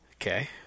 Okay